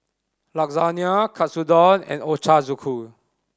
Lasagne Katsudon and Ochazuke